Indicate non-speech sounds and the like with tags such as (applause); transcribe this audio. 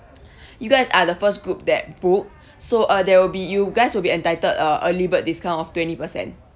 (breath) you guys are the first group that book so uh there will be you guys will be entitled uh early bird discount of twenty per cent